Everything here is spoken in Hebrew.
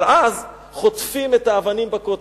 אבל אז חוטפים את האבנים בכותל,